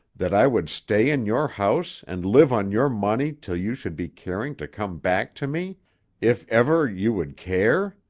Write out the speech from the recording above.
that i would stay in your house and live on your money till you should be caring to come back to me if ever you would care?